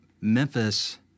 Memphis